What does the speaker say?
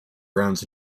browns